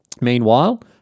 meanwhile